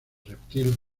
reptil